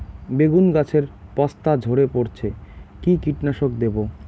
বেগুন গাছের পস্তা ঝরে পড়ছে কি কীটনাশক দেব?